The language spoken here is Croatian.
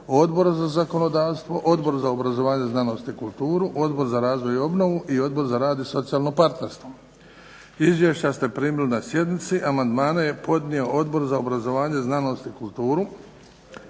Odbor za zakonodavstvo, Odbor za obrazovanje, znanost i kulturu, Odbor za razvoj i obnovu i Odbor za rad i socijalno partnerstvo. Izvješća ste primili na sjednici. Amandmane je podnio Odbor za obrazovanje, znanost i kulturu.